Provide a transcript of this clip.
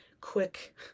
quick